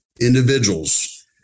individuals